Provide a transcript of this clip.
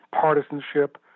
partisanship